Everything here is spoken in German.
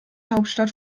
hauptstadt